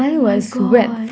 oh my god